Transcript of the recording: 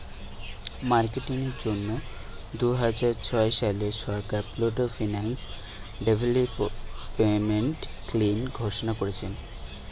marketing এর জন্যে দুইহাজার ছয় সালে সরকার পুল্ড ফিন্যান্স ডেভেলপমেন্ট স্কিং ঘোষণা কোরেছে